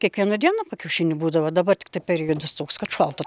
kiekvieną dieną po kiaušinį būdavo dabar tiktai periodas toks kad šalta